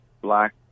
black